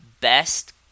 best